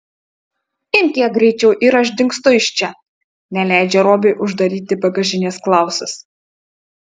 imk ją greičiau ir aš dingstu iš čia neleidžia robiui uždaryti bagažinės klausas